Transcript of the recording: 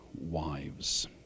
wives